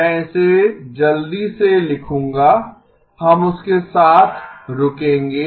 मैं इसे जल्दी से लिखूंगा हम उसके साथ रुकेंगे